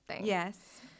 Yes